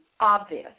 obvious